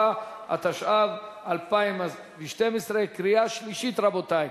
4), התשע"ב 2012. קריאה שלישית, רבותי.